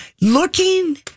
Looking